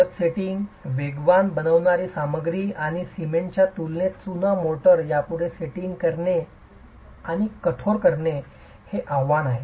जलद सेटिंग वेगवान बनविणारी सामग्री आणि सिमेंटच्या तुलनेत चुना मोर्टारला यापुढे सेटिंग करणे आणि कठोर करणे हे आव्हान आहे